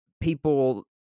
people